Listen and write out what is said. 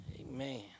Amen